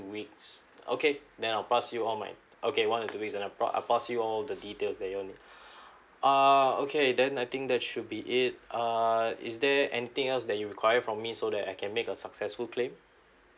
weeks okay then I'll pass you all my okay one or two weeks then I I pass you all the details that you all need uh okay then I think that should be it uh is there anything else that you require from me so that I can make a successful claim